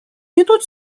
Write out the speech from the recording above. ведут